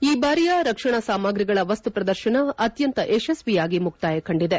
ಈ ಬಾರಿಯ ರಕ್ಷಣಾ ಸಾಮಗ್ರಿಗಳ ವಸ್ತು ಪ್ರದರ್ಶನ ಅತ್ಖಂತ ಯಶಸ್ವಿಯಾಗಿ ಮುಕ್ತಾಯ ಕಂಡಿದೆ